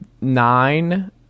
nine